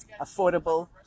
affordable